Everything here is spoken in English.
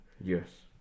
Yes